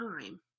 time